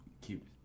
keep